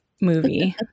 movie